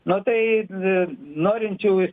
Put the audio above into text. na tai norinčių